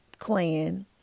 clan